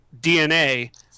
DNA